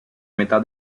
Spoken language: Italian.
metà